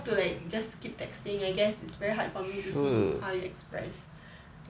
have to like just keep texting I guess it's very hard for me to see how you express